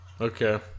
Okay